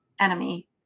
enemy